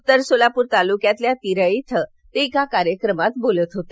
उत्तर सोलापूर तालूक्यातील तिऱ्हे इथे ते एका कार्यक्रमात बोलत होते